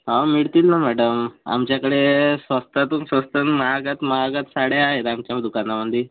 हा मिळतील ना मॅडम आमच्याकडे स्वस्तातून स्वस्त महागात महाग साड्या आहेत आमच्या दुकानामध्ये